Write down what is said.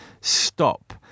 Stop